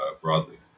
broadly